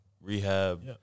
rehab